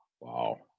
Wow